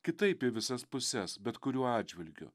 kitaip į visas puses bet kuriuo atžvilgiu